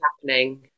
happening